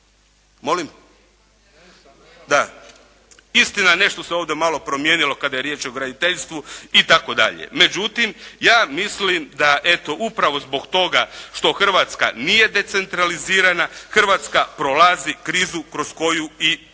Molim? Da. Istina, nešto se ovdje malo promijenilo kada je riječ o graditeljstvu itd. Međutim, ja mislim da eto upravo zbog toga što Hrvatska nije decentralizirana Hrvatska prolazi krizu kroz koju i prolazimo.